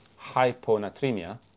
hyponatremia